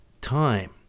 time